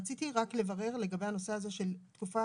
רציתי רק לברר לגבי הנושא הזה של התקופה